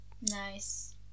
Nice